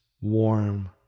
warm